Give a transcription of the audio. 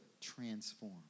transform